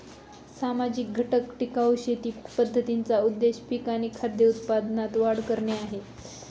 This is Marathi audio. सामाजिक घटक टिकाऊ शेती पद्धतींचा उद्देश पिक आणि खाद्य उत्पादनात वाढ करणे आहे